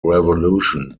revolution